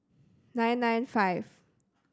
nine nine five